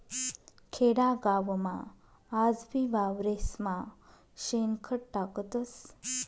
खेडागावमा आजबी वावरेस्मा शेणखत टाकतस